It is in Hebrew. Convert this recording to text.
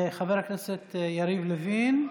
חבר הכנסת יריב לוין,